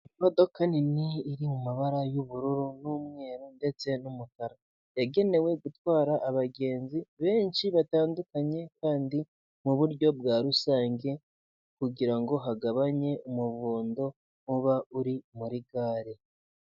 Imodoka nini iri mu mabara y'ubururu, n'umweru, ndetse n'umukara, yagenewe gutwara abagenzi benshi batandukanye, kandi muburyo bwa rusange kugirango hagabanye umurongo uba uri muri gare.